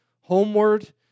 homeward